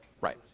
right